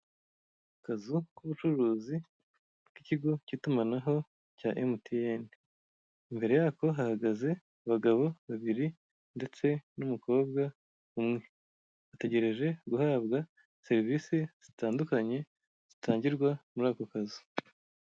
Akazu k'ubucuruzi k'ikigo k'itumanaho cya emutiyeni imbere yako hahagaze abagabo babiri ndetse n'umukobwa umwe ategereje guhabwa serivise zitandukanye zitangirwa muri ako kazu.